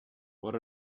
what